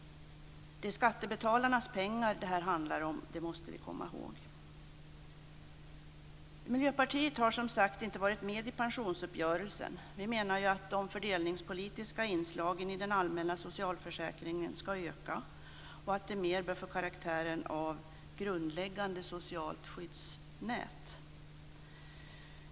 Det är skattebetalarnas pengar det handlar om. Det måste vi komma ihåg. Miljöpartiet har som sagt inte varit med i pensionsuppgörelsen. Vi menar ju att de fördelningspolitiska inslagen i den allmänna socialförsäkringen skall öka och att den mer bör få karaktären av grundläggande socialt skyddsnät.